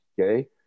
okay